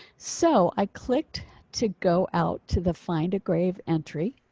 so i clicked to go out to the find a grave entry.